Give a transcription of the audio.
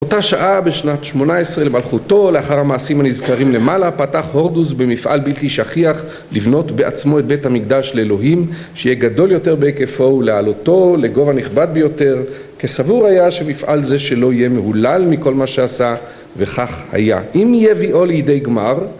אותה שעה בשנת שמונה עשרה למלכותו לאחר המעשים הנזכרים למעלה פתח הורדוס במפעל בלתי שכיח לבנות בעצמו את בית המקדש לאלוהים שיהיה גדול יותר בהיקפו ולהעלותו לגובה נכבד ביותר כסבור היה שמפעל זה שלו יהיה מהולל מכל מה שעשה וכך היה. אם יביאו לידי גמר